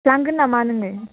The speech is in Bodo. लांगोन नामा नोङो